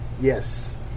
Yes